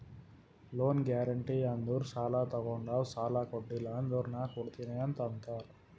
loan guarantee ಅಂದುರ್ ಸಾಲಾ ತೊಗೊಂಡಾವ್ ಸಾಲಾ ಕೊಟಿಲ್ಲ ಅಂದುರ್ ನಾ ಕೊಡ್ತೀನಿ ಅಂತ್ ಅಂತಾರ್